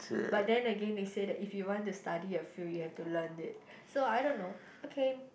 but then again they say that if you want to study a field you have to learn it so I don't know okay